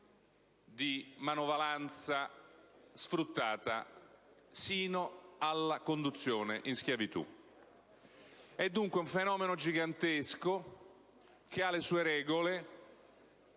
di manovalanza sfruttata sino alla conduzione in schiavitù. È dunque un fenomeno gigantesco, che ha le sue regole,